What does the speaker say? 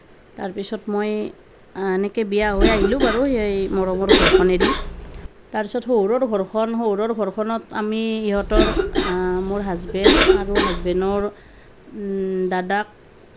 তাৰপিছত মই এনেকৈ বিয়া হৈ আহিলোঁ বাৰু সেই মৰমৰ ঘৰখন এৰি তাৰপিছত শহুৰৰ ঘৰখন শহুৰৰ ঘৰখনত আমি ইহঁতৰ মোৰ হাজবেণ্ড আৰু হাজবেণ্ডৰ দাদাক